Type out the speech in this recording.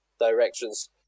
directions